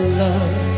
love